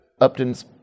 Upton's